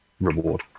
reward